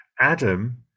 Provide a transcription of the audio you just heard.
Adam